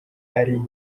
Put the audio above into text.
ari